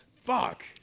Fuck